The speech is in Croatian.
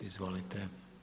Izvolite.